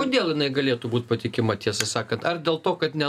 kodėl jinai galėtų būt patikima tiesą sakant ar dėl to kad ne